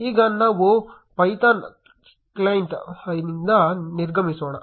ಈಗ ನಾವು Python cli ನಿಂದ ನಿರ್ಗಮಿಸೋಣ